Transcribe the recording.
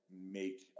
make